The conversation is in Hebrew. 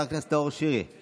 חבר הכנסת נאור שירי, בבקשה.